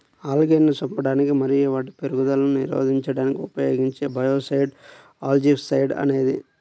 ఆల్గేను చంపడానికి మరియు వాటి పెరుగుదలను నిరోధించడానికి ఉపయోగించే బయోసైడ్ ఆల్జీసైడ్ అనేది